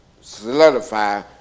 solidify